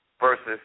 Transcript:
versus